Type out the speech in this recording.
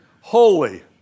holy